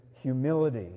humility